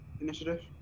initiative